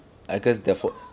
I cause their fault